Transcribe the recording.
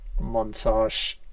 montage